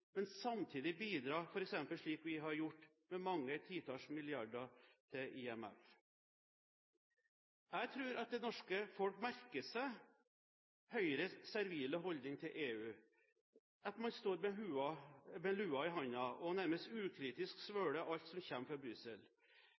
men samtidig bidrar, f.eks. slik vi har gjort med mange titalls milliarder til IMF. Jeg tror det norske folk merker seg Høyres servile holdning til EU, at man står med lua i hånda og nærmest ukritisk svelger alt som kommer fra Brussel.